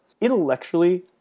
Intellectually